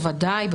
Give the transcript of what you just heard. בוודאי.